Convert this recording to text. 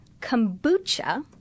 Kombucha